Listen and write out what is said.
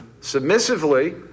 submissively